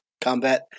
combat